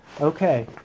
okay